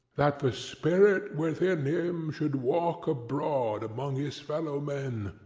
that the spirit within him should walk abroad among his fellowmen,